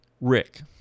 Rick